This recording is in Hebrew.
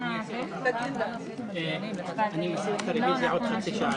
הם ממש לא מתביישים.